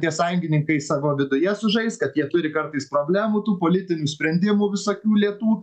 tie sąjungininkai savo viduje sužais kad jie turi kartais problemų tų politinių sprendimų visokių lėtų